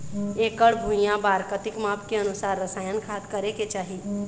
एकड़ भुइयां बार कतेक माप के अनुसार रसायन खाद करें के चाही?